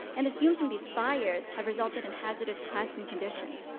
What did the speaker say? and the fumes from these fires have resulted in hazardous classroom conditions.